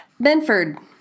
Benford